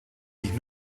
sich